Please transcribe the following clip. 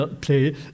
play